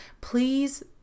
please